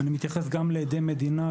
אני מתייחס גם לעדי מדינה,